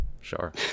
sure